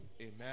Amen